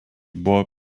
buvo